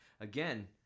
Again